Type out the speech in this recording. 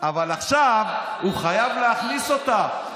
אבל עכשיו הוא חייב להכניס אותה.